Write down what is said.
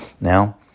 Now